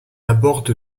aborde